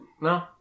No